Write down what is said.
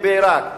בעירק,